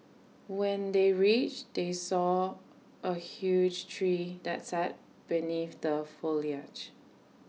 when they reached they saw A huge tree that sat beneath the foliage